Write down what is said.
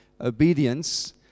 Obedience